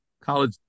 college